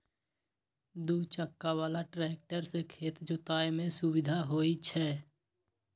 दू चक्का बला ट्रैक्टर से खेत जोतय में सुविधा होई छै